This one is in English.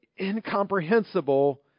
incomprehensible